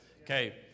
Okay